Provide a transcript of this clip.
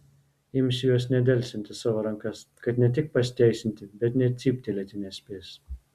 imsiu juos nedelsiant į savo rankas kad ne tik pasiteisinti bet net cyptelėti nespės